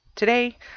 Today